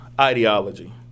ideology